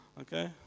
Okay